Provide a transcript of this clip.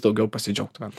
daugiau pasidžiaugtumėm